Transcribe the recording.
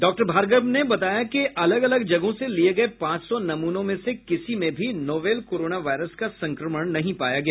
doctor Bhargava ने बताया कि अलग अलग जगहों से लिये गये पांच सौ नमूनों में से किसी में भी नोवल कोरोना वायरस का संक्रमण नहीं पाया गया